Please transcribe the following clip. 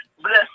Bless